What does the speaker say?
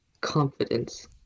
Confidence